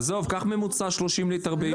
עזוב, כך ממוצע 30 ליטר ביום.